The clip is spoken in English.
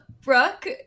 Brooke